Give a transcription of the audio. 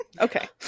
okay